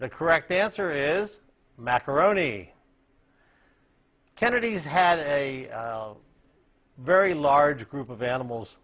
the correct answer is macaroni kennedys had a very large group of animals